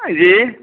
जी